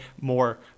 more